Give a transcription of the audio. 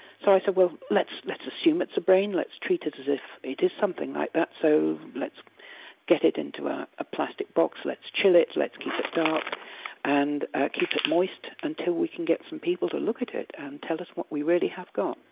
so i said well let's let's assume it's a brain, let's treat it as if it is something like that so let's get it into ah a plastic box, let's chill it, let's keep it dark and keep it moist until we can get some people to look at it and tell us what we really have got.